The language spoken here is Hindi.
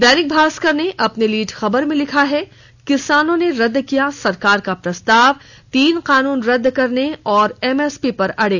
दैनिक भास्कर ने अपने लीड खबर में लिखा है किसानों ने रद्द किया सरकार का प्रस्ताव तीन कानून रद्द करने और एमएसपी पर अड़े